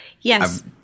Yes